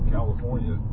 California